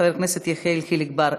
חבר הכנסת יחיאל חיליק בר,